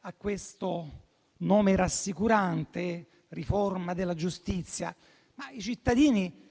a questo nome rassicurante - riforma della giustizia - i cittadini